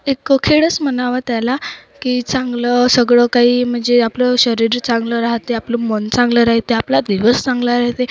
एक खेळच म्हणाव त्याला की चांगलं सगळं काही म्हणजे आपलं शरीर चांगलं राहते आपलं मन चांगलं राहते आपला दिवस चांगला राहते